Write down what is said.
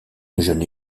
jeune